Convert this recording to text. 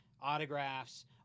autographs